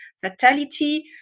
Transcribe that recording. fatality